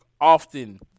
often